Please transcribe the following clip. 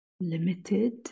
limited